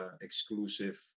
exclusive